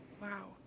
Wow